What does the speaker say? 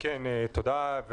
תודה.